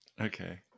Okay